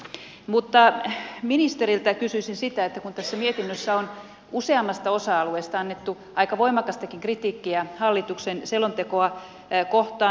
mutta ministeriltä kysyisin siitä kun tässä mietinnössä on useammasta osa alueesta annettu aika voimakastakin kritiikkiä hallituksen selontekoa kohtaan